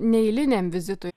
neeiliniam vizitui